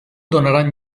donaran